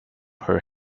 her